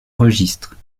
registre